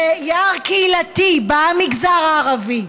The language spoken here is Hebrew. ליער קהילתי במגזר הערבי,